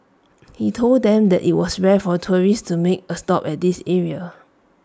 he told them that IT was rare for tourists to make A stop at this area